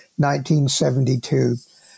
1972